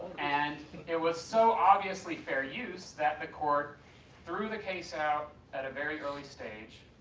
and it was so obviously fair use that the court threw the case out at a very early stage,